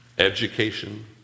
education